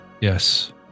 yes